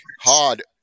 hard